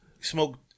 Smoke